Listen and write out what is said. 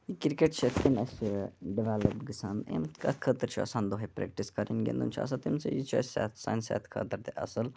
cricket چھُ یِتھ کٔنۍ اسہِ ڈِیولپ گَژھان امہِ خٲطرٕ چھِ آسان دُۄہے پِرٛیکٹِس کَرٕنۍ گِنٛدُن چھُ آسان تَمہِ سۭتی چھُ سانہِ صِحت خٲطرٕ تہِ اَصٕل